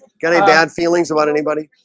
got any bad feelings about anybody?